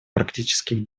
практических